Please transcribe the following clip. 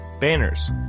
banners